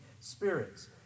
spirits